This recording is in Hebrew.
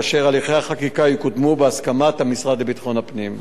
כאשר הליכי החקיקה יקודמו בהסכמת המשרד לביטחון פנים.